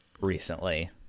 recently